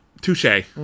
Touche